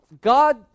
God